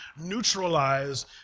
neutralize